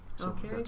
Okay